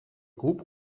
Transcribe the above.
groupe